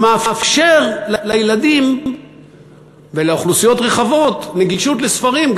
שמאפשר לילדים ולאוכלוסיות רחבות גישה לספרים.